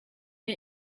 mir